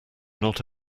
not